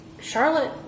Charlotte